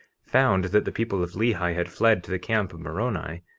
found that the people of lehi had fled to the camp of moroni,